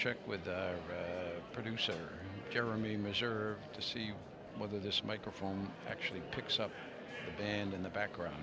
check with producer jeremy measure to see whether this microphone actually picks up the band in the background